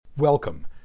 Welcome